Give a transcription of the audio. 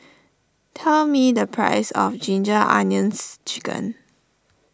tell me the price of Ginger Onions Chicken